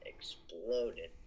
exploded